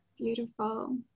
Beautiful